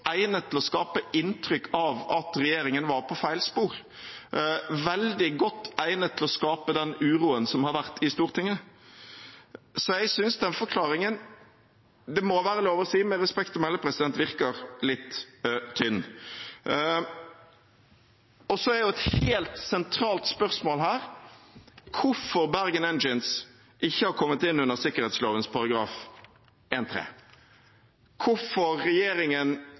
egnet til å skape inntrykk av at regjeringen var på feil spor, veldig godt egnet til å skape den uroen som har vært i Stortinget. Så jeg synes den forklaringen – det må være lov å si, med respekt å melde – virker litt tynn. Så er et helt sentralt spørsmål her hvorfor Bergen Engines ikke har kommet inn under sikkerhetsloven § 1-3, hvorfor regjeringen